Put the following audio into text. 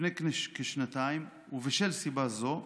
לפני כשנתיים, בשל סיבה זו,